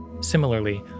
similarly